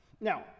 Now